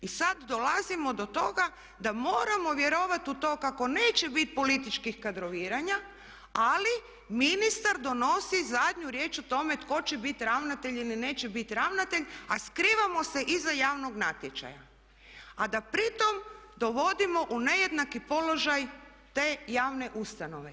I sad dolazimo do toga da moramo vjerovat u to kako neće bit političkih kadroviranja, ali ministar donosi zadnju riječ o tome tko će biti ravnatelj ili neće bit ravnatelj, a skrivamo se iza javnog natječaja, a da pritom dovodimo u nejednaki položaj te javne ustanove.